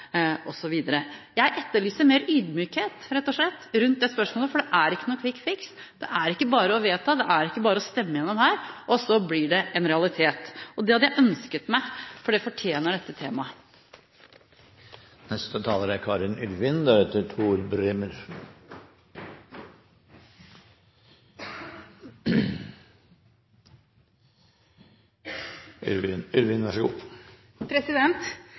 osv. Jeg etterlyser mer ydmykhet rett og slett i det spørsmålet, for det er ikke noen «quick fix» – det er ikke bare å vedta det her, og så blir det en realitet. Det hadde jeg ønsket meg, for det fortjener dette temaet. Representanten Hofstad Helleland forsøker på det jeg vil kalle å snakke ned forskningen når hun sier at vi ligger dårlig an på forskjellige målinger. Sannheten er